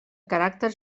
caràcter